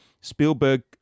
Spielberg